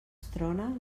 trona